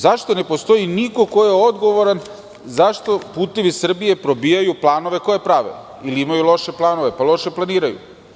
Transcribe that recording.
Zašto ne postoji niko ko je odgovoran zašto "Putevi Srbije" probijaju planove koje prave ili imaju loše planove, pa loše planiraju?